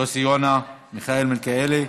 יוסי יונה, מיכאל מלכיאלי,